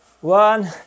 one